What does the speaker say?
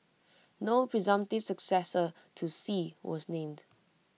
no presumptive successor to Xi was named